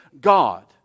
God